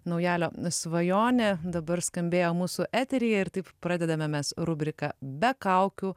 naujalio svajonė dabar skambėjo mūsų eteryje ir taip pradedame mes rubriką be kaukių